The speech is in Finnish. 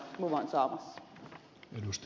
arvoisa herra puhemies